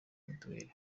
mituweli